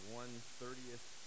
one-thirtieth